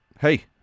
Hey